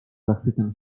zachwytem